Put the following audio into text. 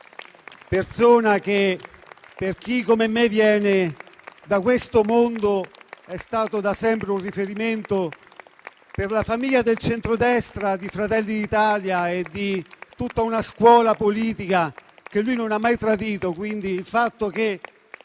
persona che, per chi come me viene da questo mondo, è stata da sempre un riferimento per la famiglia del centrodestra e di Fratelli d'Italia e per tutta una scuola politica che non ha mai tradito. Il fatto che